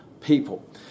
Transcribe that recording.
people